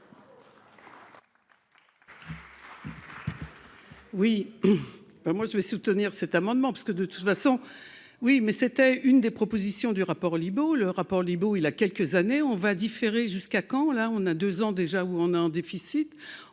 Oui, ben moi je vais soutenir cet amendement parce que de toute façon, oui, mais c'était une des propositions du rapport au Liban, le rapport, il a quelques années, on va différer jusqu'à quand, là, on a 2 ans déjà, où on a un déficit,